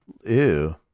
ew